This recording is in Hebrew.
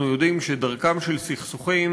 אנחנו יודעים שדרכם של סכסוכים